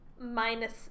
minus